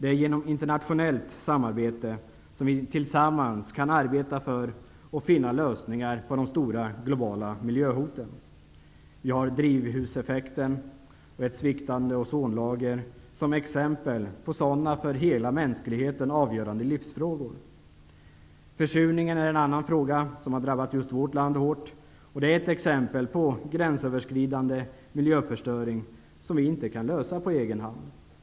Det är genom internationellt samarbete som vi tillsammans kan arbeta för och finna lösningar på de stora globala miljöhoten. Vi har drivhuseffekten och ett sviktande ozonlager som exempel på för hela mänskligheten avgörande livsfrågor. Försurningen är en annan fråga som har drabbat just vårt land hårt. Detta är ett exempel på gränsöverskridande miljöförstöring som vi inte kan lösa på egen hand.